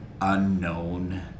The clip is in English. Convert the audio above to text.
unknown